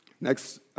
Next